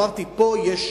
אמרתי, יש catch,